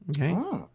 Okay